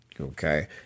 okay